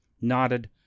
nodded